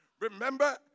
Remember